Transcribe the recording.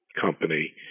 company